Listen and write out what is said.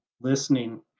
listening